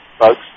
folks